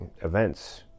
events